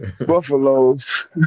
Buffaloes